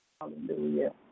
Hallelujah